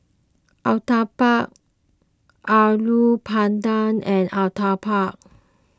Uthapam Alu Matar and Uthapam